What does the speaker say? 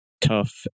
tough